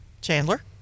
Chandler